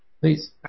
Please